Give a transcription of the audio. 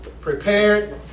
prepared